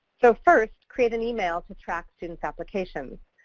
so first, create an email to track students' applications.